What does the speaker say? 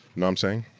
nah i'm saying?